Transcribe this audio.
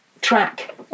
track